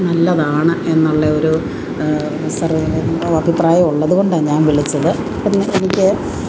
നല്ലതാണ് എന്നുള്ള ഒരു സർ അഭിപ്രായം ഉള്ളതുകൊണ്ടാണ് ഞാൻ വിളിച്ചത് അപ്പം എനിക്ക്